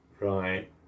Right